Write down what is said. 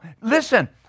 Listen